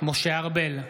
משה ארבל,